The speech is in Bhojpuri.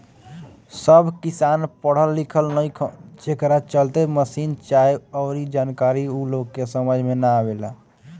सब किसान पढ़ल लिखल नईखन, जेकरा चलते मसीन चाहे अऊरी जानकारी ऊ लोग के समझ में ना आवेला